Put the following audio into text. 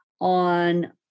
on